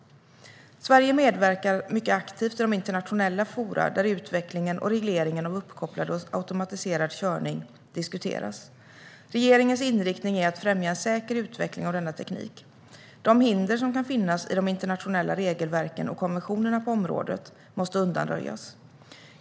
Sverige medverkar aktivt i de internationella forum där utvecklingen och regleringen av uppkopplad och automatiserad körning diskuteras. Regeringens inriktning är att främja en säker utveckling av denna teknik. De hinder som kan finnas i de internationella regelverken och konventionerna på området måste undanröjas.